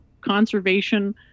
conservation